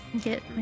Get